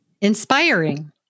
Inspiring